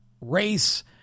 race